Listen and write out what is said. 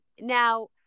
Now